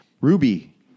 Ruby